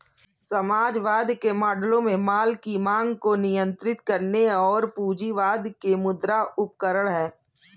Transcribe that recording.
समाजवाद के मॉडलों में माल की मांग को नियंत्रित करने और पूंजीवाद के मुद्रा उपकरण है